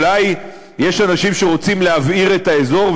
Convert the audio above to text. אולי יש אנשים שרוצים להבעיר את האזור,